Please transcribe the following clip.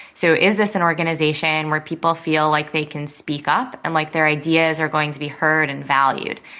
so is this an organization where people feel like they can speak up and like their ideas are going to be heard and valued?